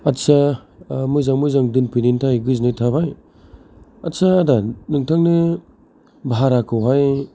आथसा मोजाङै मोजां दोनफैनायनि थाखाय गोजोननाय थाबाय आथसा आदा नोंथांनि भाराखौहाय